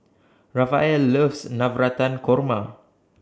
Rafael loves Navratan Korma